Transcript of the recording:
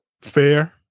fair